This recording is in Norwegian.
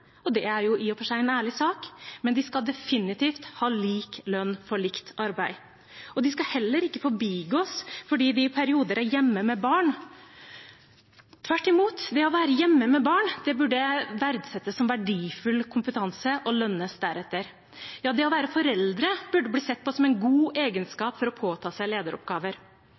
og det er i og for seg en ærlig sak, men de skal definitivt ha lik lønn for likt arbeid. De skal heller ikke forbigås fordi de i perioder er hjemme med barn. Tvert imot – det å være hjemme med barn burde verdsettes som verdifull kompetanse og lønnes deretter. Det å være forelder burde bli sett på som en god egenskap for å påta seg lederoppgaver.